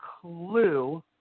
clue